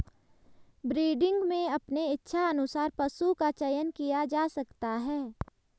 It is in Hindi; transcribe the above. ब्रीडिंग में अपने इच्छा अनुसार पशु का चयन किया जा सकता है